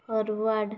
forward